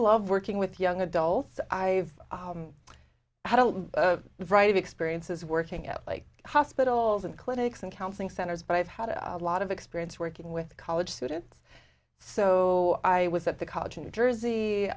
love working with young adults i've had a variety of experiences working at like hospitals and clinics and counseling centers but i've had a lot of experience working with college students so i was at the college in new jersey